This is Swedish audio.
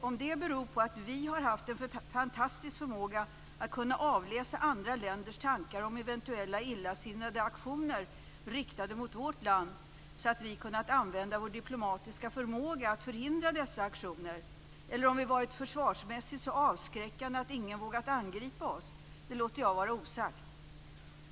Om det beror på att vi har haft en fantastisk förmåga att kunna avläsa andra länders tankar om eventuella illasinnade aktioner riktade mot vårt land så att vi kunnat använda vår diplomatiska förmåga till att förhindra dessa aktioner eller om vi försvarsmässigt varit så avskräckande att ingen vågat angripa oss låter jag vara osagt.